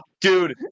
Dude